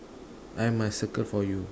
I must circle for you